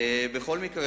בכל מקרה,